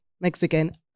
Mexican